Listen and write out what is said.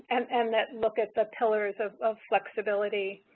and and, that look at the pillars of of flexibility.